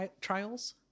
trials